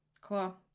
Cool